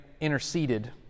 interceded